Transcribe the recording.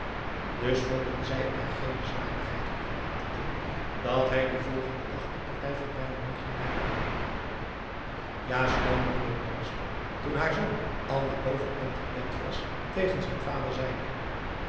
dus vonden zij er geene zwarigheid hoegenaamd in dat hij dien volgenden dag de partij van weyerman ging bijwonen ja schoon moeder blommesteyn toen haar zoon al naar boven en te bed was tegen zijn vader zeide